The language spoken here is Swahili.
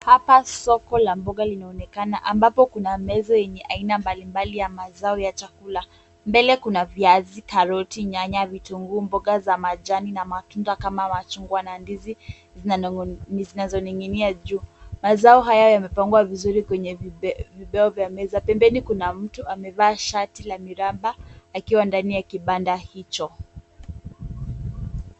Hapa soko la mboga linaonekana, ambapo kuna meza yenye aina mablimbali ya mazao ya chakula, mbele kuna viazi, karoti, nyanya, vitunguu, mboga za majani na matunda kama machungwa na ndizi zinazoning'inia juu. Mazao haya yamepangwa vizuri kwenye vibeo vya meza, pembeni kuna mtu amevaa shati ya miraba akiwa ndani ya kibanda hizo.